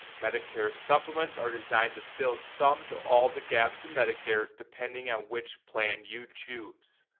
medicare supplements are designed to fill some to all the gaps and medicare depending on which plan you choose.